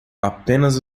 apenas